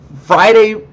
Friday